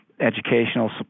educational